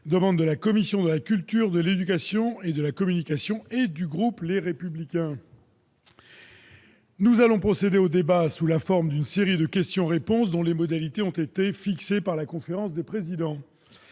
demande de la commission de la culture, de l'éducation et de la communication et du groupe Les Républicains, sur l'avenir de l'audiovisuel public. Nous allons procéder au débat sous la forme d'une série de questions-réponses dont les modalités ont été fixées par la conférence des présidents.